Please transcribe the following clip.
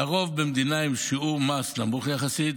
לרוב מדינה עם שיעור מס נמוך יחסית,